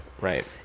Right